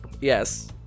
Yes